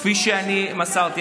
כפי שאני מסרתי.